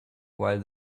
while